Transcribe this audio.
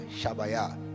shabaya